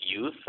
youth